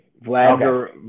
Vladimir